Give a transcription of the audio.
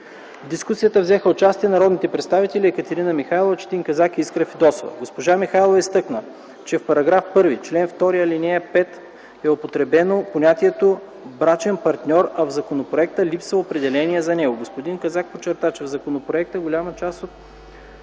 В дискусията взеха участие народните представители Екатерина Михайлова, Четин Казак и Искра Фидосова. Госпожа Михайлова изтъкна, че в § 1, чл. 2, ал. 5 е употребено понятието „брачен партньор”, а в законопроекта липсва определение за него. Господин Казак подчерта, че в законопроекта голяма част цели